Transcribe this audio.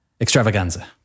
extravaganza